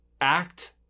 act